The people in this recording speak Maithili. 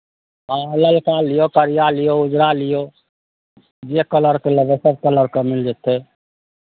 हँ ललका लियौ करिआ लियौ उजरा लियौ जे कलरके लेबै सभ कलरके मिल जेतै